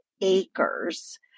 acres